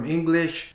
English